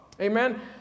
Amen